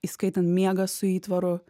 įskaitant miegą su įtvaru